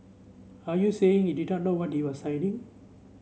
are you saying he did not know what you are signing